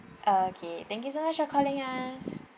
okay thank you so much for calling us